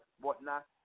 whatnot